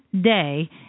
day